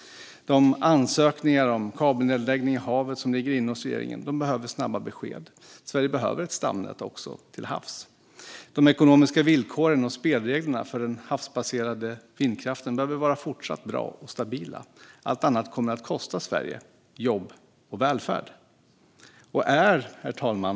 De ansökningar om kabelnedläggningar i havet som ligger hos regeringen behöver snabba beslut. Sverige behöver ett stamnät också till havs. De ekonomiska villkoren och spelreglerna för den havsbaserade vindkraften behöver vara fortsatt bra och stabila. Allt annat kommer att kosta Sverige jobb och välfärd. Herr talman!